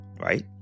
right